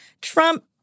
Trump